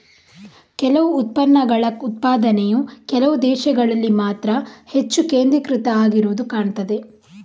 ಕೆಲವು ಉತ್ಪನ್ನಗಳ ಉತ್ಪಾದನೆಯು ಕೆಲವು ದೇಶಗಳಲ್ಲಿ ಮಾತ್ರ ಹೆಚ್ಚು ಕೇಂದ್ರೀಕೃತ ಆಗಿರುದು ಕಾಣ್ತದೆ